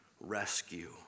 rescue